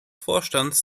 vorstands